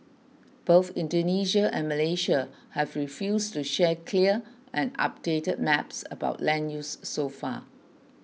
both Indonesia and Malaysia have refused to share clear and updated maps about land use so far